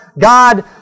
God